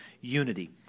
unity